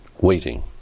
waiting